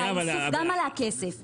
האיסוף גם עלה כסף והיה,